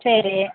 சரி